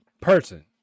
person